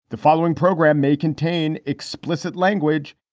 the following program may contain explicit language